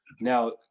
now